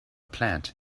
plant